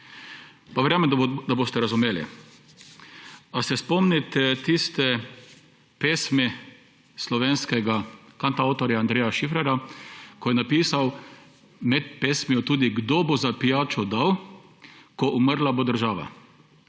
pa verjamem, da boste razumeli. Ali se spomnite tiste pesmi slovenskega kantavtorja Andreja Šifrerja, v pesmi je napisal tudi: »Kdo bo za pijačo dal, ko umrla bo država?«